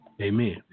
Amen